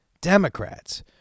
Democrats